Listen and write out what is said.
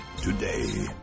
today